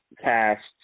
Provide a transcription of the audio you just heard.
cast